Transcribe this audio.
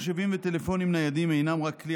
מחשבים וטלפונים ניידים אינם רק כלי